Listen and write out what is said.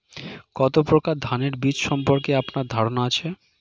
কত প্রকার ধানের বীজ সম্পর্কে আপনার ধারণা আছে?